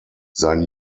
sein